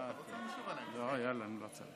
סליחה, גברתי, סליחה, אני מתנצל.